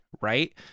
right